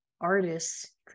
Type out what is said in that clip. artists